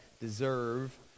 deserve